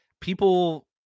people